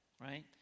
right